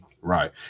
right